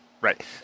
Right